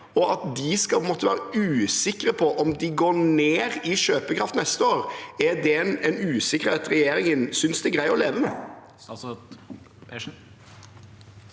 det at de skal måtte være usikre på om de går ned i kjøpekraft neste år, en usikkerhet regjeringen synes det er greit å leve med?